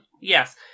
Yes